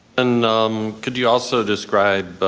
and um could you also describe,